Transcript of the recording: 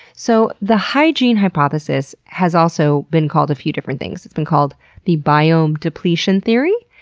so the hygiene hypothesis has also been called a few different things. it's been called the biome depletion theory,